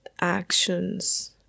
actions